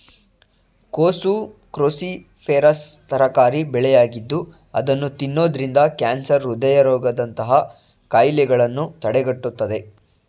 ಕೋಸು ಕ್ರೋಸಿಫೆರಸ್ ತರಕಾರಿ ಬೆಳೆಯಾಗಿದ್ದು ಅದನ್ನು ತಿನ್ನೋದ್ರಿಂದ ಕ್ಯಾನ್ಸರ್, ಹೃದಯ ರೋಗದಂತಹ ಕಾಯಿಲೆಗಳನ್ನು ತಡೆಗಟ್ಟುತ್ತದೆ